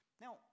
Now